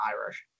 Irish